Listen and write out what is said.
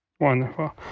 Wonderful